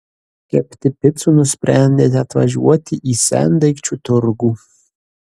kepti picų nusprendėte atvažiuoti į sendaikčių turgų